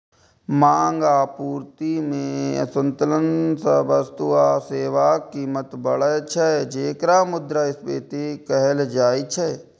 मांग आ आपूर्ति मे असंतुलन सं वस्तु आ सेवाक कीमत बढ़ै छै, जेकरा मुद्रास्फीति कहल जाइ छै